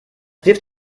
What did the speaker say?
wirft